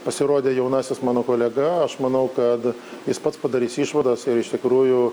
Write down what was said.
pasirodė jaunasis mano kolega aš manau kad jis pats padarys išvadas ir iš tikrųjų